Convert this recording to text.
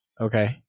Okay